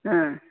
ಹಾಂ